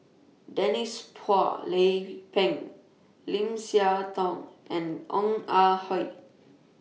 Denise Phua Lay Peng Lim Siah Tong and Ong Ah Hoi